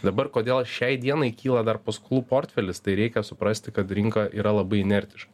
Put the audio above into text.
dabar kodėl šiai dienai kyla dar paskolų portfelis tai reikia suprasti kad rinka yra labai inertiška